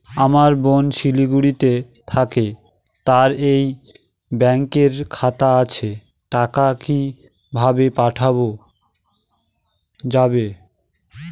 আমার বোন শিলিগুড়িতে থাকে তার এই ব্যঙকের খাতা আছে টাকা কি ভাবে পাঠানো যাবে?